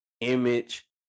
image